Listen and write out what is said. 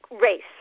race